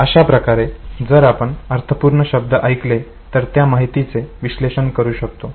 अशा प्रकारे जर आपण अर्थपूर्ण शब्द ऐकले तर त्या माहितीचे विश्लेषण करू शकतो